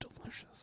delicious